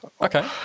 Okay